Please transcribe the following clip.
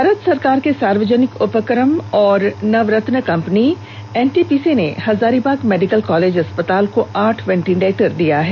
भारत सरकार के सार्वजनिक उपक्रम एवं नवरत्न कंपनी एनटीपीसी ने हजारीबाग मेडिकल कॉलेज अस्पताल को आठ वेंटीलेटर प्रदान किया है